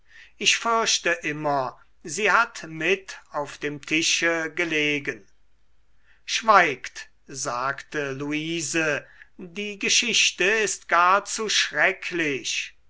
ich fürchte immer sie hat mit auf dem tische gelegen schweigt sagte luise die geschichte ist gar zu schrecklich